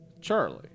Charlie